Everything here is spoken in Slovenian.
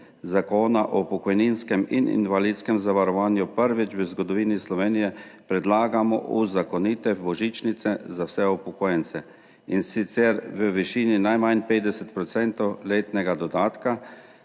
Zakona o pokojninskem in invalidskem zavarovanju prvič v zgodovini Slovenije predlagamo uzakonitev božičnice za vse upokojence, in sicer v višini najmanj 50 % letnega dodatka,